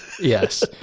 Yes